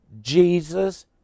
Jesus